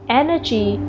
energy